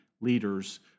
leaders